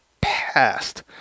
past